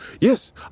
yes